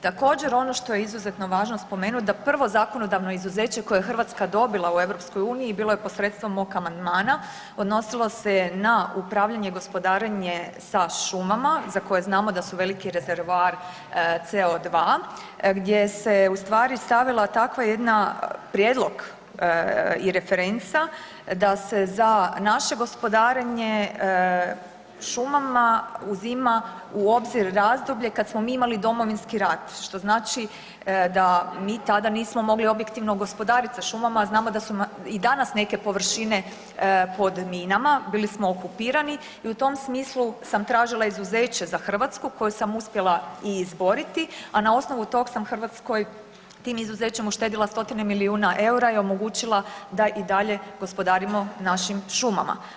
Također ono što je izuzetno važno spomenuti da prvo zakonodavno izuzeće koje je Hrvatska dobila u EU bilo je posredstvom mog amandmana, odnosilo se je na upravljanje i gospodarenje sa šumama za koje znamo da su veliki rezervoar CO2 gdje se ustvari stavila takav jedan prijedlog i referenca da se za naše gospodarenje šumama uzima u obzir razdoblje kada smo imali Domovinski rat što znači da mi tada nismo mogli objektivno gospodariti sa šumama, a znamo da su i danas neke površine pod minama, bili smo okupirani i u tom smislu sam tražila izuzeće za Hrvatsku koje sam uspjela i izboriti, a na osnovu tog sam Hrvatskoj tim izuzećem uštedila stotine milijuna eura i omogućila da i dalje gospodarimo našim šumama.